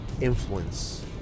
influence